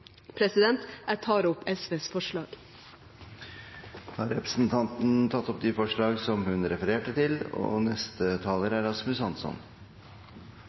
Jeg tar opp SVs forslag. Da har representanten tatt opp de forslagene hun refererte til. Takk til komiteen for et grundig arbeid. Miljøpartiet De Grønne, som ikke er